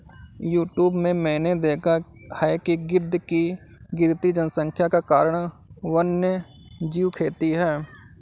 YouTube में मैंने देखा है कि गिद्ध की गिरती जनसंख्या का कारण वन्यजीव खेती है